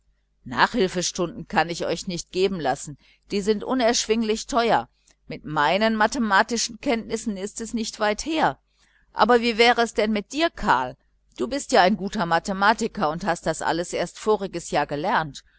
nachhilfstunden kann ich euch nicht geben lassen die sind unerschwinglich teuer mit meinen mathematischen kenntnissen ist es nicht mehr weit her aber wie wäre es denn mit dir karl du bist ja ein guter mathematiker und hast das alles erst voriges jahr gelernt